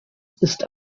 ist